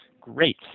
Great